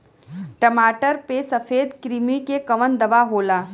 टमाटर पे सफेद क्रीमी के कवन दवा होला?